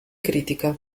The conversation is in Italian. critica